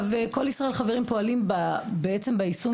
"כל ישראל חברים" פועלים בעצם ביישום